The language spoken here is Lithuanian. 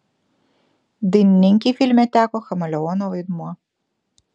dainininkei filme teko chameleono vaidmuo